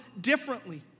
differently